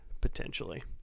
potentially